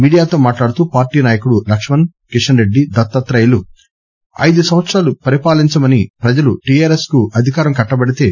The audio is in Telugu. మీడియాతో మాట్లాడుతూ పార్టీ నాయకుడు లక్కుణ్ కిషన్ రెడ్డి దత్తాత్రేయ ఐదు సంవత్సరాలు పలిపాలించమని ప్రజలు టీఆర్ఎస్ అధికారం కట్టపెడితే